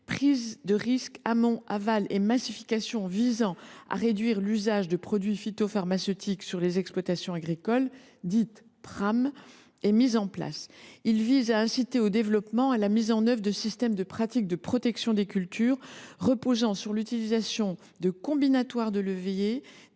Prise de risque amont aval et massification de pratiques visant à réduire l’usage des produits phytopharmaceutiques sur les exploitations agricoles » (Praam). Il vise à inciter au développement et à la mise en œuvre de systèmes de pratiques de protection des cultures reposant sur l’utilisation de combinatoires de leviers